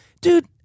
dude